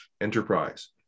enterprise